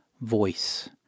voice